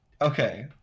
Okay